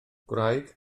gwraig